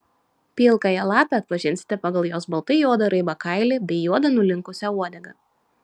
pilkąją lapę atpažinsite pagal jos baltai juodą raibą kailį bei juodą nulinkusią uodegą